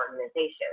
organizations